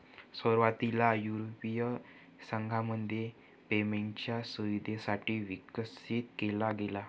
सुरुवातीला युरोपीय संघामध्ये पेमेंटच्या सुविधेसाठी विकसित केला गेला